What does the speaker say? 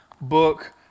book